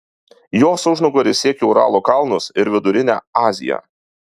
jos užnugaris siekia uralo kalnus ir vidurinę aziją